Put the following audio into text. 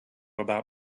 about